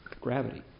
Gravity